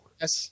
Yes